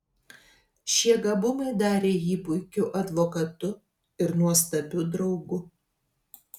šie gabumai darė jį puikiu advokatu ir nuostabiu draugu